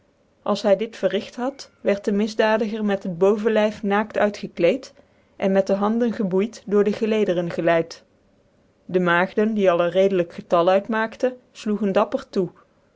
als hy dit verrigt had wierd den misdadiger met het boven lyf naakt uitgekleed en met dc handen geboeid door dc gelederen geleyd dc maagden die al een redelijk getal uitmaakte iloegen dapper toe